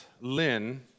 Lynn